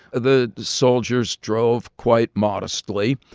the soldiers drove quite modestly.